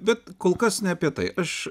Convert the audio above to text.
bet kol kas ne apie tai aš